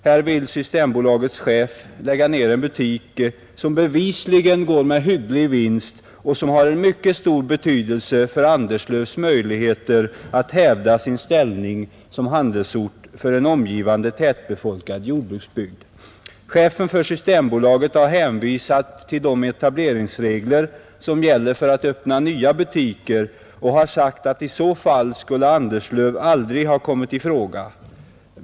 Här vill Systembolagets chef lägga ned en butik som bevisligen går med hygglig vinst och som har mycket stor betydelse för Anderslövs möjligheter att hävda sin ställning som handelsort för en omgivande tätbefolkad jordbruksbygd. Chefen för Systembolaget har hänvisat till de etableringsregler, som gäller för att öppna nya butiker, och har sagt att enligt dessa skulle Anderslöv aldrig ha kommit i fråga.